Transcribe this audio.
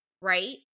right